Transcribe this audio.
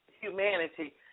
humanity